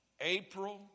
April